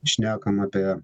šnekam apie